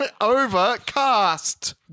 Overcast